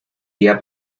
día